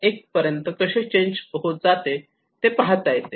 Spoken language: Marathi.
1 पर्यंत कसे चेंज होत जाते ते पाहता येते